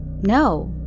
No